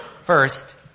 First